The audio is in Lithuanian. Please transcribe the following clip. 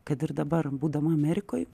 kad ir dabar būdama amerikoj